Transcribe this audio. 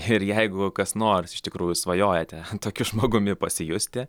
ir jeigu kas nors iš tikrųjų svajojate tokiu žmogumi pasijusti